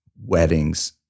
weddings